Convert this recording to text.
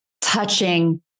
touching